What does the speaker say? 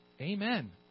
Amen